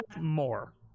more